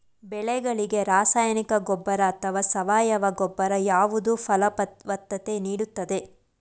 ಬೆಳೆಗಳಿಗೆ ರಾಸಾಯನಿಕ ಗೊಬ್ಬರ ಅಥವಾ ಸಾವಯವ ಗೊಬ್ಬರ ಯಾವುದು ಫಲವತ್ತತೆ ನೀಡುತ್ತದೆ?